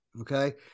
Okay